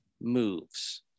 moves